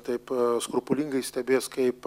taip skrupulingai stebės kaip